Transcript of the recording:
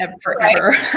forever